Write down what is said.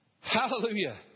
Hallelujah